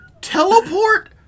teleport